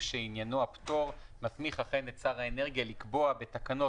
שעניינו הפטור מסמיך אכן את שר האנרגיה לקבוע בתקנות